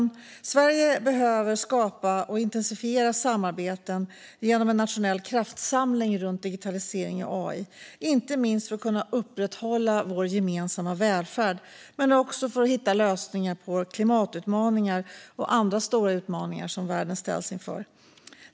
Vi i Sverige behöver skapa och intensifiera samarbeten genom en nationell kraftsamling runt digitalisering och AI, inte minst för att kunna upprätthålla vår gemensamma välfärd och även för att hitta lösningar på klimatutmaningar och andra stora utmaningar världen ställs inför.